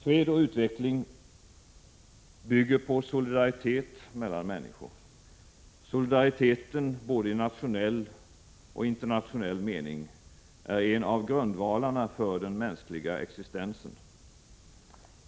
Fred och utveckling bygger på solidaritet mellan människor. Solidariteten, i både nationell och internationell mening, är en av grundvalarna för den mänskliga existensen.